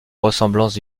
ressemblance